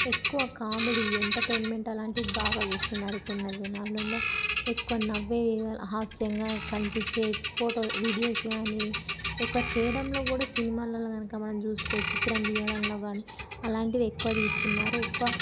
ఎక్కువ comedy entertainment అలాంటివి బాగా చూస్తున్నారు ఇప్పుడున్న జనాలల్లో ఎక్కువ నవ్వే హాస్యంగా కనిపించే ఫోటోలు వీడియోస్ కానీ ఎక్కువ చేయడంలో కూడా సినిమాలల్లో కనుక మనం చూస్తే చిత్రం తీయడంలో కానీ అలాంటివి ఎక్కువ తీస్తున్నారు ఎక్కువ